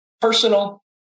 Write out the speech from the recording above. personal